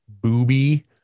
booby